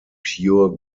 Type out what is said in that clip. pure